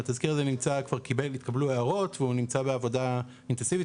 לתזכיר הזה כבר התקבלו הערות והוא נמצא בעבודה אינטנסיבית.